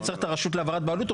וצריך את הרשות להעברת בעלות,